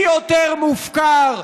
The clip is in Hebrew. מי יותר מופקר,